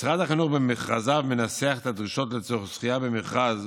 משרד החינוך במכרזיו מנסח את הדרישות לצורך זכייה במכרז